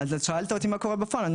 שאלת אותי מה קורה בפועל.